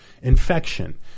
Infection